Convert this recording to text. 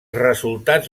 resultats